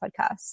podcast